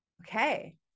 okay